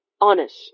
Honest